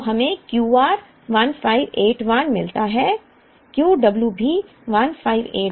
जब हम n 1 के बराबर n करते हैं तो हमें Q r 1581 मिलता है